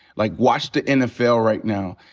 like, watch the nfl right now.